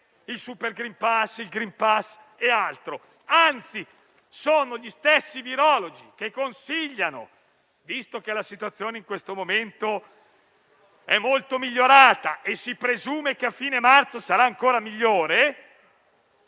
il *super green pass*, il *green pass* e altro? Anzi, sono gli stessi virologi che consigliano, visto che la situazione in questo momento è molto migliorata e si presume che a fine marzo sarà ancora migliore,